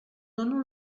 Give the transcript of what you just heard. dono